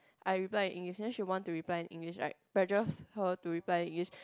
I reply in English then she want to reply in English right her to reply English